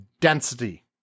density